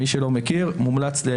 מי שלא מכיר, זה מומלץ.